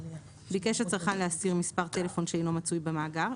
ביקש הצרכן להסיר מספר טלפון שאינו מצוי במאגר,